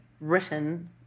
written